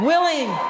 Willing